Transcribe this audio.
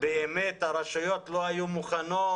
באמת הרשויות לא היו מוכנות?